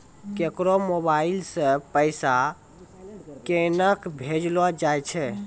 केकरो मोबाइल सऽ पैसा केनक भेजलो जाय छै?